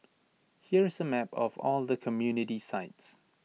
here is A map of all the community sites